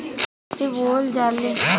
कईसे बोवल जाले?